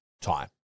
time